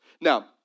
Now